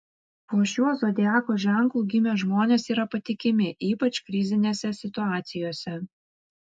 po šiuo zodiako ženklu gimę žmonės yra patikimi ypač krizinėse situacijose